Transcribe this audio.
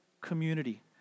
community